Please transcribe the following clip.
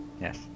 yes